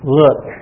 look